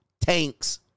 tanks